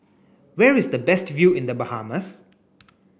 where is the best view in The Bahamas